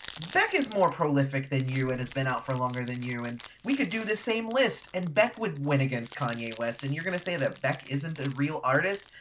beck is more prolific than you and has been out for longer than you and we could do the same list and beck would win against kanye west and you're gonna say that beck isn't a real artist?